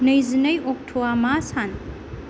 नैजिनै अक्ट'आ मा सान